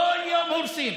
כל יום הורסים.